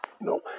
No